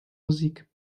musik